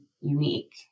unique